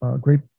great